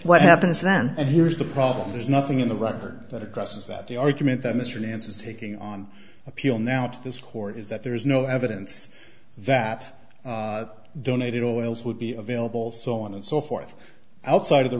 what happens then and here's the problem there's nothing in the record that crosses that the argument that mr nance is taking on appeal now to this court is that there is no evidence that donated all else would be available so on and so forth outside of the